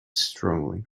strongly